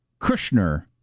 Kushner